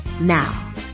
Now